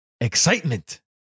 excitement